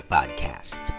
Podcast